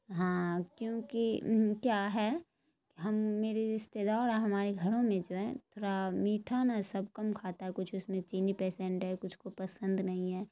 ہاں کیوںکہ کیا ہے ہم میرے رشتےدار اور ہمارے گھروں میں جو ہے تھوڑا میٹھا نا سب کم کھاتا ہے کچھ اس میں چینی پیسنڈ ہے کچھ کو پسند نہیں ہے